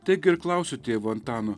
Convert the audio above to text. taigi ir klausiu tėvo antano